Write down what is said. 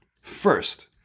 First